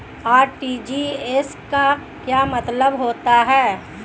RTGS का क्या मतलब होता है?